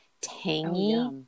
tangy